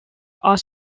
are